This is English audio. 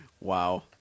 wow